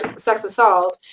sex assault,